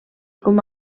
com